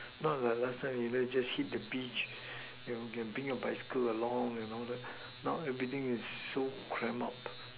not like last time you can just hit the beach you can bring your bicycle along and all that now everything is so cram up